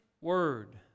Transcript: word